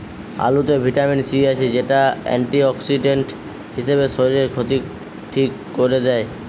আলুতে vitamin C আছে, যেটা অ্যান্টিঅক্সিডেন্ট হিসাবে শরীরের ক্ষতি ঠিক কোরে দেয়